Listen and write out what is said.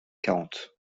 quarante